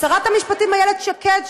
לשרת המשפטים איילת שקד,